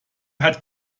hat